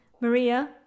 Maria